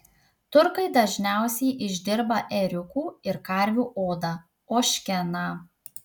turkai dažniausiai išdirba ėriukų ir karvių odą ožkeną